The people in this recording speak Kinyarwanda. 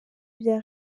bya